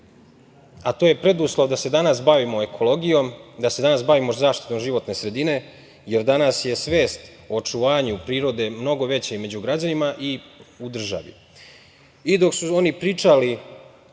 To je preduslov da se danas bavimo ekologijom, da se danas bavimo zaštitom životne sredine, jer danas je svest o očuvanju prirode mnogo veća i među građanima i u državi. Dok